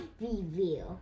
review